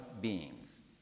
beings